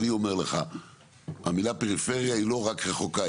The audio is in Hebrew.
אני אומר לך המילה פריפריה היא לא רק רחוקה,